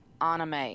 anime